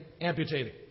amputating